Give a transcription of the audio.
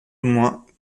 moins